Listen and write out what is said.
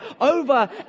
Over